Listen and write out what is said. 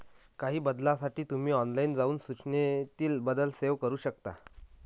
काही बदलांसाठी तुम्ही ऑनलाइन जाऊन सूचनेतील बदल सेव्ह करू शकता